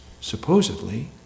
supposedly